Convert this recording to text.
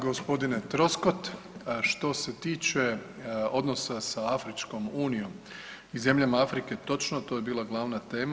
Gospodine Troskot što se tiče odnosa sa Afričkom unijom i zemljama Afrike, točno to je bila glavna tema.